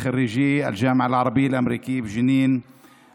בוגרי האוניברסיטה האמריקאית הערבית בג'נין,